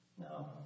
No